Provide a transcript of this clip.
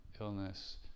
illness